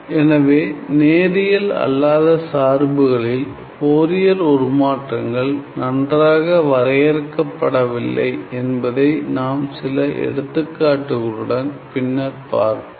எனவே நேரியல் அல்லாத சார்புகளில் ஃபோரியர் உருமாற்றங்கள் நன்றாக வரையறுக்கப்படவில்லை என்பதை நாம் சில எடுத்துக்காட்டுகளுடன் பின்னர் பார்ப்போம்